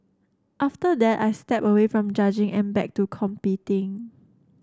after that I stepped away from judging and back to competing